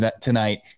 tonight